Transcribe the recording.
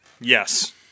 Yes